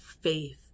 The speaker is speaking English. faith